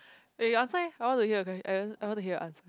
eh you answer eh I want to hear your quest~ eh I want to hear your answer